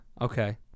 okay